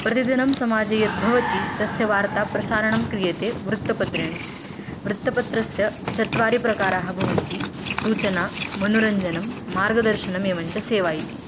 प्रतिदिनं समाजे यद्भवति तस्य वार्ता प्रसारणं क्रियते वृत्तपत्रेण वृत्तपत्रस्य चत्वारि प्रकाराः भवन्ति सूचना मनोरञ्जनं मार्गदर्शनम् एवञ्च सेवा इति